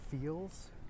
feels